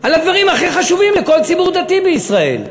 על הדברים הכי חשובים לכל ציבור דתי בישראל.